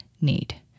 need